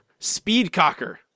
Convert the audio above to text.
Speedcocker